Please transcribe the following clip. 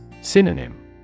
Synonym